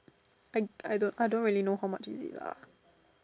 I I don't I don't really know how much is it lah